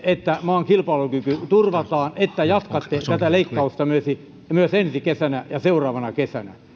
että maan kilpailukyky turvataan sillä että te jatkatte tätä leikkausta myös ensi kesänä ja seuraavana kesänä